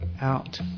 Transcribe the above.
out